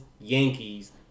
Yankees